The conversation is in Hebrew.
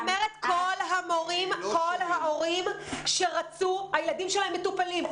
את אומרת: כל ההורים שרצו, הילדים שלהם מטופלים.